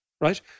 right